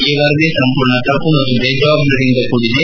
ಈ ವರದಿ ಸಂಪೂರ್ಣ ತಪ್ಪು ಮತ್ತು ದೇಜವಾಬ್ದಾರಿಯಿಂದ ಕೂಡಿದೆ